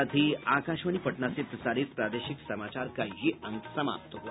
इसके साथ ही आकाशवाणी पटना से प्रसारित प्रादेशिक समाचार का ये अंक समाप्त हुआ